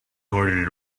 ordered